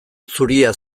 zuria